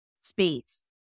space